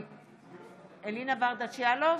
יאלוב,